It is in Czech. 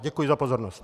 Děkuji za pozornost.